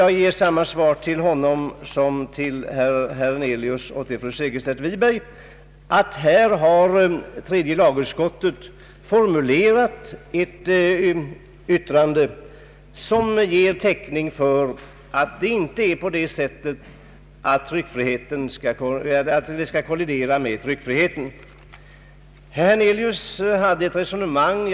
Jag ger samma svar till honom som till fru Segerstedt Wiberg och herr Hernelius, nämligen att tredje lagutskottet här har formulerat ett yttrande, som ger täckning för att denna lag inte skall kollidera med tryckfrihetsförordningen.